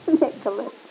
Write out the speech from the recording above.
Nicholas